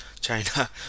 China